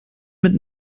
mit